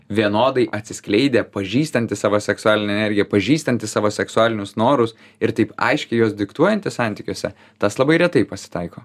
vienodai atsiskleidę pažįstantys savo seksualinę energiją pažįstantys savo seksualinius norus ir taip aiškiai juos diktuojantys santykiuose tas labai retai pasitaiko